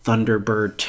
Thunderbird